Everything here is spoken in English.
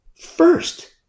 first